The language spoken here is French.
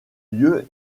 lieux